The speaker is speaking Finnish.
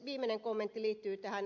viimeinen kommentti liittyy ed